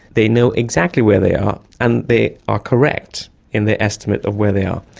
they know exactly where they are and they are correct in their estimate of where they are.